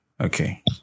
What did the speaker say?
Okay